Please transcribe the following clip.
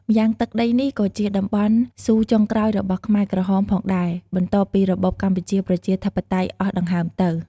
ម៉្យាងទឹកដីនេះក៏ជាតំបន់ស៊ូចុងក្រោយរបស់ខ្មែរក្រហមផងដែរ បន្ទាប់ពីរបបកម្ពុជាប្រជាធិបតេយ្យអស់ដង្ហើមទៅ។